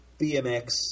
BMX